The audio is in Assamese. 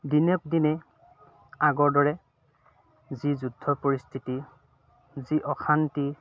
দিনক দিনে আগৰ দৰে যি যুদ্ধ পৰিস্থিতি যি অশান্তি